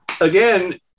again